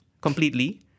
completely